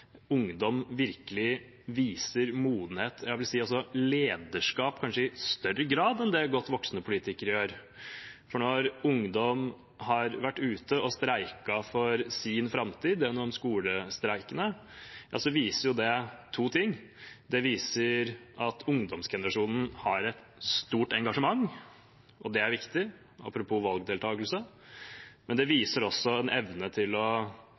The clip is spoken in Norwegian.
ungdom virkelig viser modenhet, jeg vil også si lederskap, i kanskje større grad enn det godt voksne politikere gjør. For når ungdom har vært ute og streiket for sin framtid, gjennom skolestreikene, viser det to ting: Det viser at ungdomsgenerasjonen har et stort engasjement – det er viktig, apropos valgdeltakelse – men det viser evne til å ta lederskap, å vise modenhet og til å